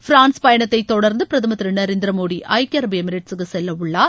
France பயணத்தை தொடர்ந்து பிரதமர் திரு நரேந்திர மோடி ஐக்கிய அரபு எமிரேட்சுக்கு செல்லவுள்ளார்